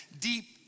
deep